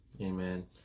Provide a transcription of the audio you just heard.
Amen